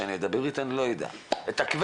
כדי